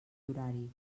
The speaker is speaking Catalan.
horari